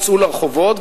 יצאו לרחובות,